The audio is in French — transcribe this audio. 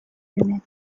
humaine